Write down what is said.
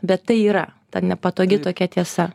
bet tai yra ta nepatogi tokia tiesa